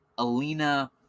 Alina